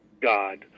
God